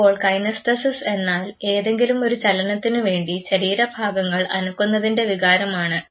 ഇപ്പോൾ കൈനസ്തെസിസ് എന്നാൽ ഏതെങ്കിലുമൊരു ചലനത്തിനു വേണ്ടി ശരീരഭാഗങ്ങൾ അനക്കുന്നതിൻറെ വികാരമാണ്